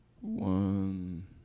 one